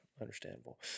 understandable